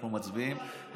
אנחנו מצביעים.